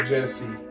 Jesse